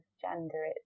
gender